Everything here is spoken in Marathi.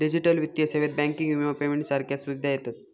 डिजिटल वित्तीय सेवेत बँकिंग, विमा, पेमेंट सारख्या सुविधा येतत